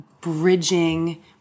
bridging